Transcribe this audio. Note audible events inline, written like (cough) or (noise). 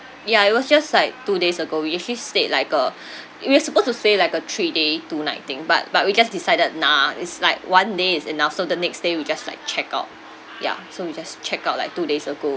ya it was just like two days ago we actually stayed like uh (breath) we are supposed to stay like uh three day two night thing but but we just decided nah it's like one day is enough so the next day we just like checked out ya so we just checked out like two days ago